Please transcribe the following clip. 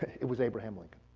it was abraham like